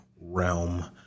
realm